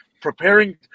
preparing